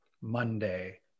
monday